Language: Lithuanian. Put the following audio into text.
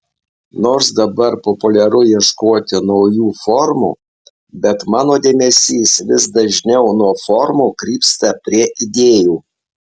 nors dabar populiaru ieškoti naujų formų bet mano dėmesys vis dažniau nuo formų krypsta prie idėjų